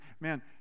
Man